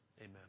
Amen